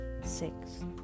six